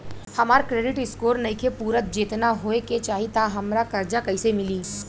हमार credit score नईखे पूरत जेतना होए के चाही त हमरा कर्जा कैसे मिली?